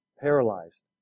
paralyzed